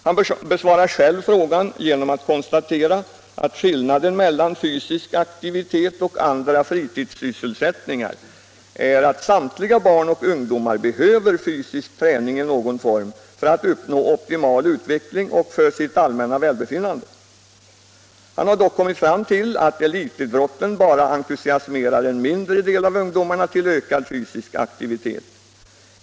Han besvarar själv frågan genom att konstatera att skillnaden mellan fysisk aktivitet och andra fritidssysselsättningar är att samtliga barn och ungdomar behöver fysisk träning i någon form för att uppnå optimal utveckling och för sitt allmänna välbefinnande. Han har dock kommit fram till att elitidrotten bara entusiasmerar en mindre del av ungdomarna till ökad fysisk aktivitet.